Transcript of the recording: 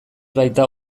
baita